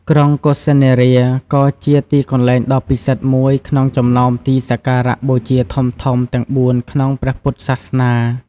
ក្រុងកុសិនារា ក៏ជាទីកន្លែងដ៏ពិសិដ្ឋមួយក្នុងចំណោមទីសក្ការបូជាធំៗទាំងបួនក្នុងព្រះពុទ្ធសាសនា។